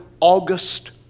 August